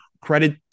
credit